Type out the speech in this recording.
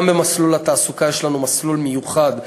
גם במסלול התעסוקה יש לנו מסלול מיוחד,